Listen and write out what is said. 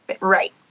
Right